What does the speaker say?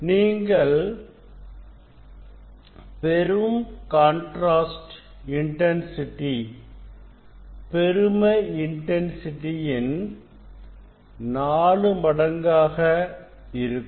நீங்கள் பெரும் கான்ட்ராஸ்ட்இன்டன்சிட்டி பெரும இன்டன்சிட்டியின் 4 மடங்காக இருக்கும்